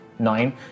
Nine